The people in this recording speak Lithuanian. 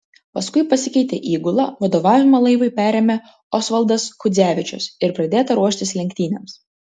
paskui pasikeitė įgula vadovavimą laivui perėmė osvaldas kudzevičius ir pradėta ruoštis lenktynėms